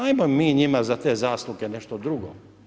Ajmo mi njima za te zasluge nešto drugo.